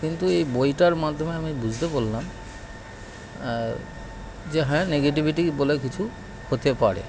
কিন্তু এই বইটার মাধ্যমে আমি বুঝতে পারলাম যে হ্যাঁ নেগেটিভিটি বলে কিছু হতে পারে